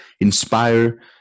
inspire